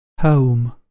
Home